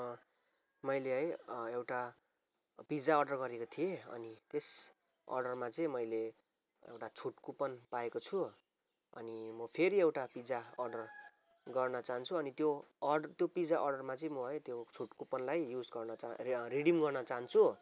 मैले है एउटा पिज्जा अर्डर गरेको थिएँ अनि त्यस अर्डरमा चाहिँ मैले एउटा छुट कुपन पाएको छु अनि म फेरि एउटा पिज्जा अर्डर गर्न चाहन्छु अनि त्यो अर त्यो पिज्जा अर्डरमा चाहिँ म है त्यो छुट कुपनलाई युज गर्न रिडिम गर्न चाहन्छु